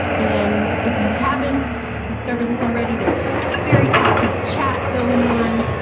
and if you haven't discovered this already, there's a very active chat going on.